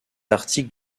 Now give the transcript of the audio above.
articles